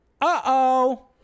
uh-oh